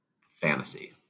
fantasy